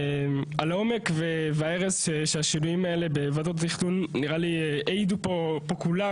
על העומק וההרס שהשינויים בוועדות התכנון נראה לי העידו פה כולם,